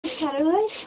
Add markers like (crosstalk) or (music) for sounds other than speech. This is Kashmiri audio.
(unintelligible)